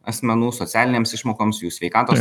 asmenų socialinėms išmokoms jų sveikatos